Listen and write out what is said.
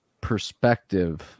perspective